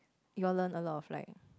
you all learning a lot of like